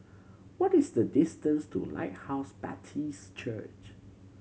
what is the distance to Lighthouse Baptist Church